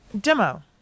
demo